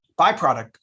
byproduct